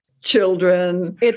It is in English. children